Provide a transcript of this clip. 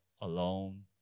alone